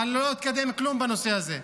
אבל לא התקדם כלום בנושא הזה,